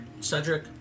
Cedric